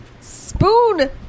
spoon